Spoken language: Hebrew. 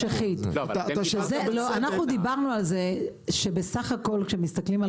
אנחנו דיברנו על זה שבסך הכול כשמסתכלים על